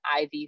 IV